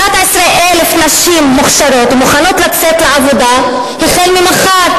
11,000 נשים מוכשרות מוכנות לצאת לעבודה ממחר,